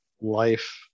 life